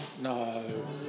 No